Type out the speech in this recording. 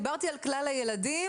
כשדיברתי על כלל הילדים,